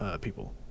people